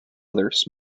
others